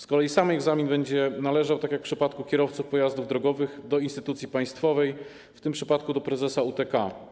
Z kolei sam egzamin będzie należał, tak jak w przypadku kierowców pojazdów drogowych, do instytucji państwowej, w tym przypadku do prezesa UTK.